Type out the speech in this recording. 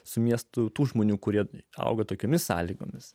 su miestu tų žmonių kurie auga tokiomis sąlygomis